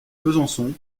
besançon